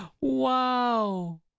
Wow